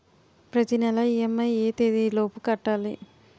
ప్రతినెల ఇ.ఎం.ఐ ఎ తేదీ లోపు కట్టాలి?